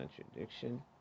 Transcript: contradiction